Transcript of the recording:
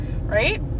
right